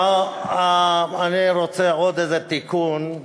אני רוצה לציין עוד איזה תיקון,